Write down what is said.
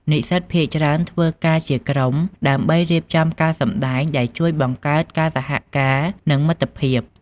និស្សិតភាគច្រើនធ្វើការជាក្រុមដើម្បីរៀបចំការសម្តែង ដែលជួយបង្កើតការសហការនិងមិត្តភាព។